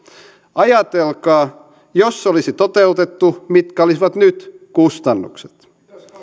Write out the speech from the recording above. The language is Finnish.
ajatelkaa jos se olisi toteutettu mitkä olisivat nyt kustannukset